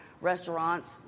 restaurants